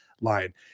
line